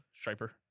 Striper